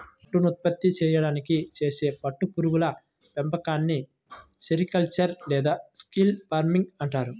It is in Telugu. పట్టును ఉత్పత్తి చేయడానికి చేసే పట్టు పురుగుల పెంపకాన్ని సెరికల్చర్ లేదా సిల్క్ ఫార్మింగ్ అంటారు